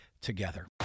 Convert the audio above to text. together